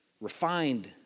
refined